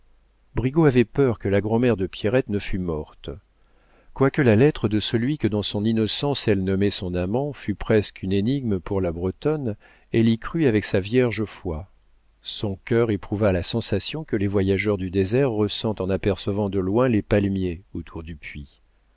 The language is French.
brigaut avait peur que la grand'mère de pierrette ne fût morte quoique la lettre de celui que dans son innocence elle nommait son amant fût presque une énigme pour la bretonne elle y crut avec sa vierge foi son cœur éprouva la sensation que les voyageurs du désert ressentent en apercevant de loin les palmiers autour du puits